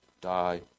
die